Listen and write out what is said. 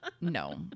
no